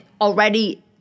already